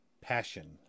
passion